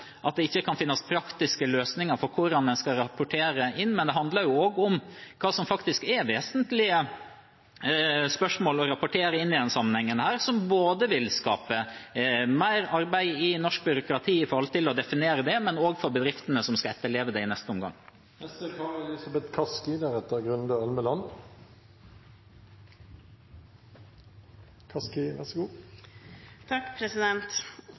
at det ikke kan finnes praktiske løsninger for hvordan man skal rapportere inn, men det handler om hva som faktisk er vesentlige spørsmål å rapportere inn i denne sammenhengen, som vil skape mer arbeid i norsk byråkrati når det gjelder å definere det, men også for bedriftene som skal etterleve det i neste omgang. Jeg må innrømme at det er